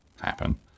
happen